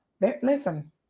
Listen